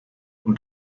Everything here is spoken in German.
und